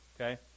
okay